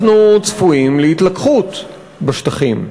אנחנו צפויים להתלקחות בשטחים.